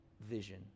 vision